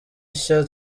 nshya